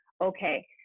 okay